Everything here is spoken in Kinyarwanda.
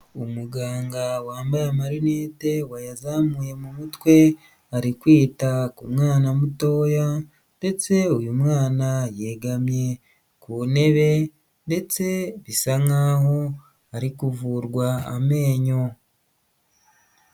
Umuganga wambaye amarinete wayazamuye mu mutwe, ari kwita ku mwana mutoya ndetse uyu mwana yegamye ku ntebe, ndetse bisa nk'aho ari kuvurwa amenyo.